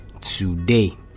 today